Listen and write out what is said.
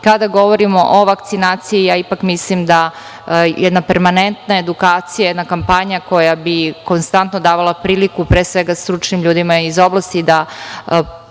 kada govorimo o vakcinaciji ipak mislim da jedna permanentna edukacija, jedna kampanja koja bi konstantno davala priliku, pre svega stručnim ljudima iz oblasti da